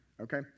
Okay